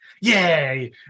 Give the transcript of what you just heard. yay